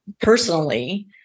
personally